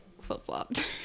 flip-flopped